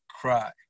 cry